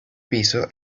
piso